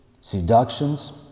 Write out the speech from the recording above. seductions